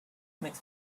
makes